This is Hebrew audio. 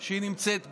שהיא נמצאת בו.